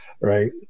Right